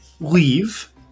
leave